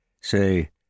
Say